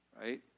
right